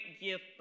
gift